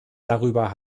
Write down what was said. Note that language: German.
darüber